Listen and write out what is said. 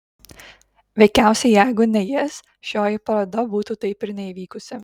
veikiausiai jeigu ne jis šioji paroda būtų taip ir neįvykusi